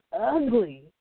ugly